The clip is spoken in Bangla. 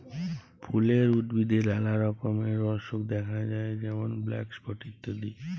ফুলের উদ্ভিদে লালা রকমের অসুখ দ্যাখা যায় যেমল ব্ল্যাক স্পট ইত্যাদি